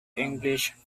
english